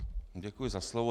Děkuji za slovo.